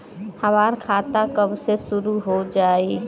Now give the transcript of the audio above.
हमार खाता कब से शूरू हो जाई?